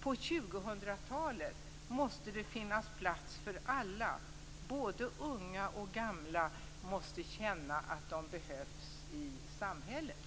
På 2000-talet måste det finnas plats för alla - både unga och gamla måste få känna att de behövs i samhället.